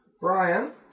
Brian